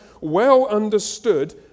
well-understood